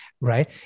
Right